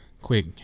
Quick